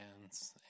hands